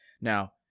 Now